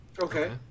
Okay